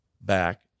back